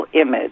image